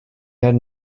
had